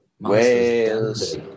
Wales